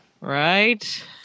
Right